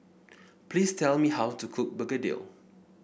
please tell me how to cook Begedil